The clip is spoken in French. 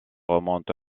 remonte